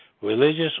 religious